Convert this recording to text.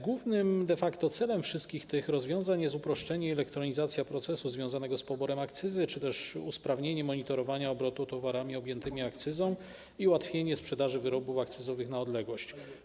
Głównym de facto celem wszystkich tych rozwiązań jest uproszczenie i elektronizacja procesu związanego z poborem akcyzy czy też usprawnienie monitorowania obrotu towarami objętymi akcyzą i ułatwienie sprzedaży wyrobów akcyzowych na odległość.